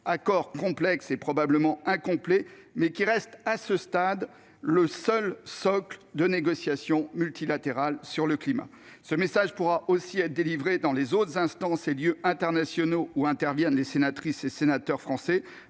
accord complexe et probablement incomplet, mais qui reste à ce stade le seul socle de négociation multilatérale sur le climat. Ce message pourra aussi être délivré dans les autres instances et lieux internationaux où interviennent les sénatrices et sénateurs français,